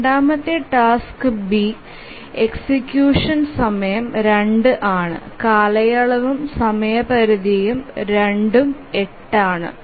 രണ്ടാമത്തെ task B execution സമയം 2 ആണ് കാലയളവും സമയപരിധിയും രണ്ടും 8 ആണ്